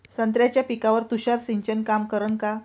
संत्र्याच्या पिकावर तुषार सिंचन काम करन का?